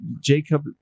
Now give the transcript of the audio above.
Jacob